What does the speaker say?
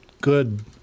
good